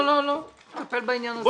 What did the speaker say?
לא, נטפל בעניין הזה.